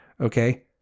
Okay